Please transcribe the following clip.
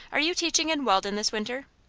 are you teaching in walden this winter?